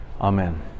Amen